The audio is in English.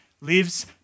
lives